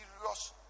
serious